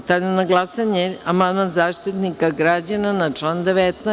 Stavljam na glasanje amandman Zaštitnika građana na član 19.